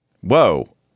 Whoa